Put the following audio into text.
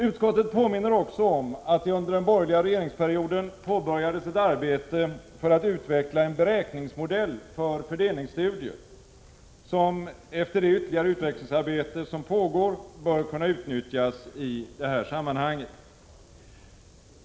Utskottet påminner också om att det under den borgerliga regeringsperioden påbörjades ett arbete för att utveckla en beräkningsmodell för fördelningsstudier, som efter det ytterligare utvecklingsarbete som pågår bör kunna utnyttjas i detta sammanhang.